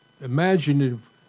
imaginative